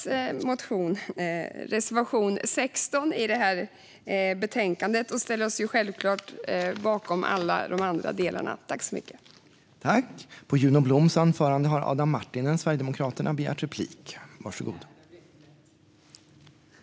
Vi yrkar därför bifall till reservation 16 i betänkandet. Vi ställer oss självklart också bakom vår andra reservation och utskottets övriga förslag till beslut i betänkandet.